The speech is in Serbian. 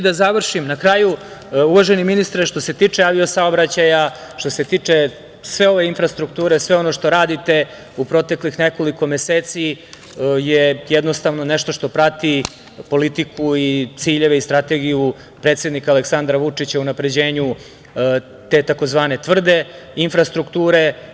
Da završim, na kraju, uvaženi ministre, što se tiče avio-saobraćaja, što se tiče sve ove infrastrukture, sve ono što radite u proteklih nekoliko meseci je jednostavno nešto što prati politiku, ciljeve i strategiju predsednika Aleksandra Vučića u unapređenju te tzv. tvrde infrastrukture.